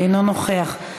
אינו נוכח,